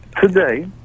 today